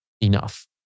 enough